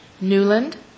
Newland